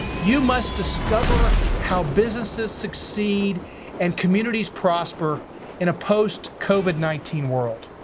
you must discover how businesses succeed and communities prosper in a post covid nineteen world.